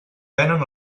venen